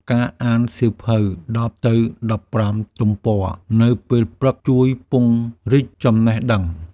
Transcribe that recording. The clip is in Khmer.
ការអានសៀវភៅ ១០ ទៅ ១៥ ទំព័រនៅពេលព្រឹក ជួយពង្រីកចំណេះដឹង។